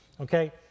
okay